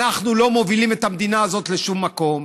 אנחנו לא מובילים את המדינה הזאת לשום מקום,